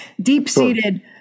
deep-seated